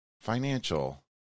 financial